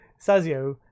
Sazio